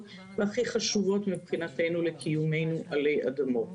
והכי חשובות מבחינתנו לקיומנו עלי אדמות.